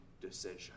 decision